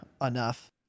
enough